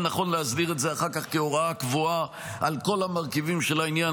יהיה נכון להסדיר את זה אחר כך כהוראה קבועה על כל המרכיבים של העניין,